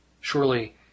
Surely